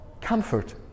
comfort